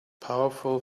powerful